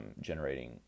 generating